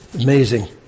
Amazing